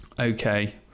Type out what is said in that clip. okay